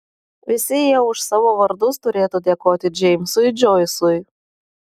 visi jie už savo vardus turėtų dėkoti džeimsui džoisui